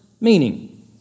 meaning